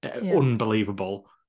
Unbelievable